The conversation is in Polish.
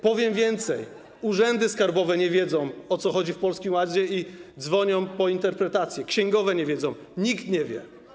Powiem więcej, urzędy skarbowe nie wiedzą, o co chodzi w Polskim Ładzie, i dzwonią, by uzyskać interpretację, księgowe nie wiedzą, nikt nie wie.